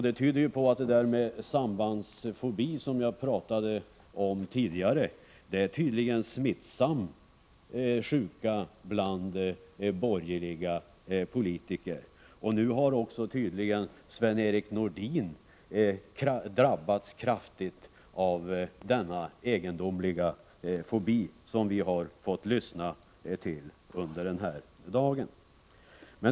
Det tyder på att den sambandsfobi som jag pratade om tidigare är en smittsam sjuka bland borgerliga politiker. Nu har tydligen även Sven-Erik Nordin drabbats kraftigt av denna egendomliga fobi, som vi har sett exempel på tidigare under denna dag.